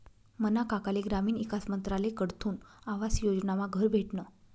मना काकाले ग्रामीण ईकास मंत्रालयकडथून आवास योजनामा घर भेटनं